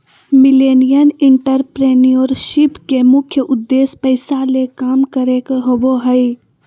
millennial entrepreneurship के मुख्य उद्देश्य पैसा ले काम करे के होबो हय